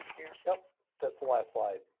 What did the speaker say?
so that's the last slide.